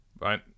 right